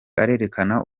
arerekana